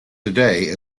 today